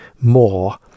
more